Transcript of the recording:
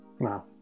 Wow